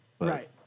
Right